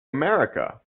america